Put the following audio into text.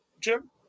Jim